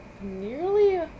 nearly